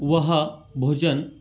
वह भोजन